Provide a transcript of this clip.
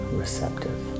receptive